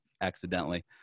accidentally